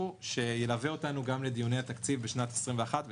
שילווה אותנו גם לדיוני התקציב בשנות התקציב 2012,